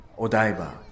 Odaiba